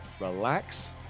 relax